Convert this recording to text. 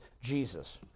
Jesus